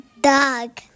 Dog